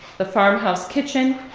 the farmhouse kitchen,